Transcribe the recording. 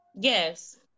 yes